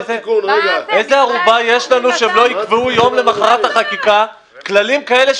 אבל איזו ערובה יש לנו שהם לא יקבעו יום למחרת החקיקה כללים כאלה,